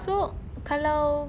so kalau